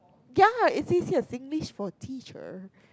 ya it's a Singlish for teacher